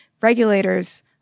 Regulators